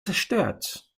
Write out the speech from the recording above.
zerstört